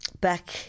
back